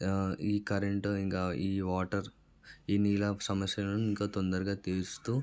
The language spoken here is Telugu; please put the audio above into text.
ఈ కరెంటు ఇంకా ఈ వాటర్ ఈ నీళ్ళ సమస్యలను ఇంకా తొందరగా తీరుస్తూ